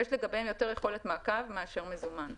יש לגביהם יותר יכולת מעקב מאשר מזומן.